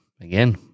again